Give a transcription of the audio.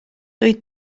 doedd